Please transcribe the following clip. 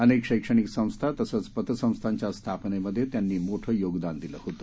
अनेक शक्षणिक संस्था तसंच पतसंस्थांच्या स्थापनेमधे त्यांनी मोठं योगदान दिलं होतं